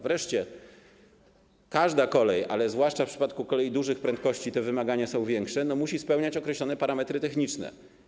Wreszcie każda kolej - zwłaszcza w przypadku kolei dużych prędkości te wymagania są większe - musi spełniać określone parametry techniczne.